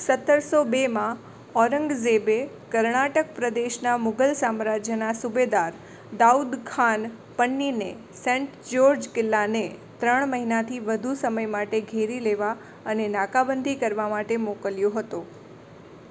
સત્તરસો બેમાં ઔરંગઝેબે કર્ણાટક પ્રદેશના મુગલ સામ્રાજ્યના સુબેદાર દાઉદ ખાન પન્નીને સેન્ટ જ્યોર્જ કિલ્લાને ત્રણ મહિનાથી વધુ સમય માટે ઘેરી લેવા અને નાકાબંધી કરવા માટે મોકલ્યો હતો